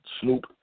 Snoop